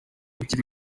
ukiri